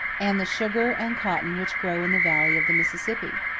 and the sugar and cotton which grow in the valley of the mississippi?